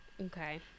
Okay